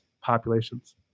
populations